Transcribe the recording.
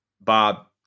Bob